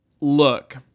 look